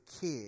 kid